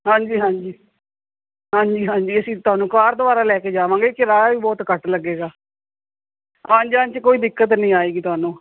ਹਾਂਜੀ ਹਾਂਜੀ ਹਾਂਜੀ ਹਾਂਜੀ ਅਸੀਂ ਤੁਹਾਨੂੰ ਕਾਰ ਦੁਆਰਾ ਲੈ ਕੇ ਜਾਵਾਂਗੇ ਕਰਾਇਆ ਵੀ ਬਹੁਤ ਘੱਟ ਲੱਗੇਗਾ ਹਾਂਜੀ ਹਾਂਜੀ ਕੋਈ ਦਿੱਕਤ ਨਹੀਂ ਆਏਗੀ ਤੁਹਾਨੂੰ